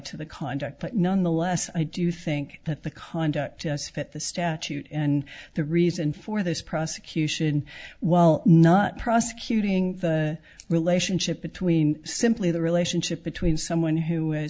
to the conduct but nonetheless i do think that the conduct us fit the statute and the reason for this prosecution well not prosecuting the relationship between simply the relationship between someone who is